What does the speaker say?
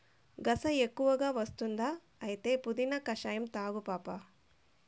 గస ఎక్కువ వస్తుందా అయితే పుదీనా కషాయం తాగు పాపా